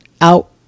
out